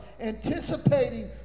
anticipating